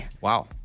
Wow